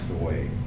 away